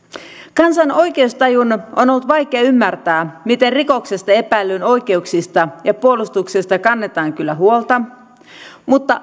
kansan oikeustajun on ollut vaikea ymmärtää miten rikoksesta epäillyn oikeuksista ja puolustuksesta kannetaan kyllä huolta mutta